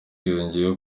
yongeyeho